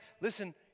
listen